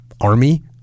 army